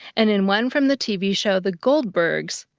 and in one from the tv show the goldbergs,